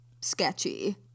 sketchy